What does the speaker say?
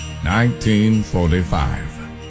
1945